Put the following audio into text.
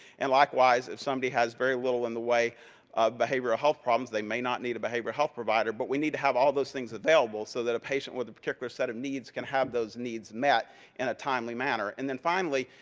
and likewise, if somebody has very little in the way of behavioral health problems, they may not need a behavioral health provider. but we need to have all those things available so that a patient with a particular set of needs can have those needs met in a timely manner. and then finally,